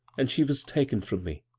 and she was taken from me.